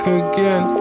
again